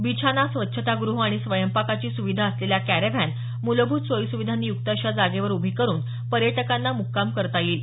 बिछाना स्वच्छतागृह आणि स्वयंपाकाची सुविधा असलेल्या कॅरॅव्हॅन मुलभूत सोयी सुविधानी युक्त अशा जागेवर उभी करून पर्यटकांना मुक्काम करता येईल